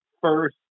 First